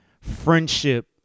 friendship